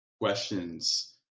questions